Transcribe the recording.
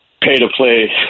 pay-to-play